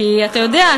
כי אתה יודע,